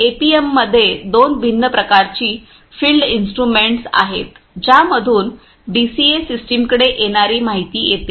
एपीएममध्ये दोन भिन्न प्रकारची फील्ड इन्स्ट्रुमेंट्स आहेत ज्यामधून डीसीए सिस्टमकडे येणारी माहिती येते